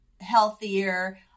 healthier